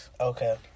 Okay